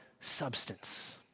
substance